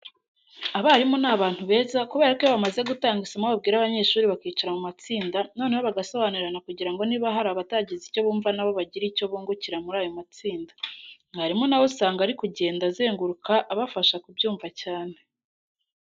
Abarimu ni abantu beza kubera ko iyo bamaze gutanga isomo babwira abanyeshuri bakicara mu matsinda noneho bagasobanurirana kugira ngo niba hari abatagize icyo bumva na bo bagire icyo bungukira muri ayo matsinda. Mwarimu na we usanga ari kugenda azenguruka bafasha kubyumva cyane.